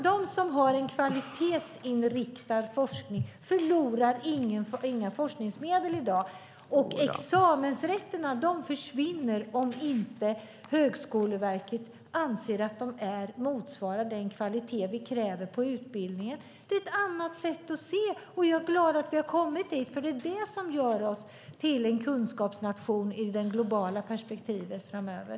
De som har en kvalitetsinriktad forskning förlorar inga forskningsmedel i dag. Examensrätterna försvinner om inte Högskoleverket anser att de motsvarar den kvalitet vi kräver på utbildningen. Det är ett annat sätt att se det, och jag är glad att vi har kommit dit, för det är det som gör oss till en kunskapsnation i det globala perspektivet framöver.